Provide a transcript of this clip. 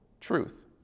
truth